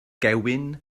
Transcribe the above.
gewyn